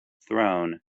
throne